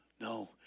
no